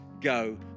go